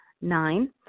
Nine